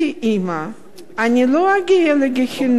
כך,